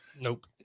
Nope